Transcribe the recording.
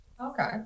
Okay